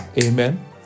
Amen